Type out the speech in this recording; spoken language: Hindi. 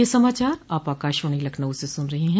ब्रे क यह समाचार आप आकाशवाणी लखनऊ से सुन रहे हैं